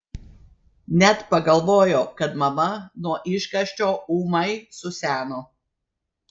net pagalvojo kad mama nuo išgąsčio ūmai suseno